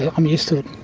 i'm used to it.